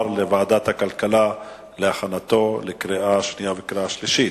לוועדת הכלכלה להכנתו לקריאה שנייה לקריאה שלישית.